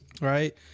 Right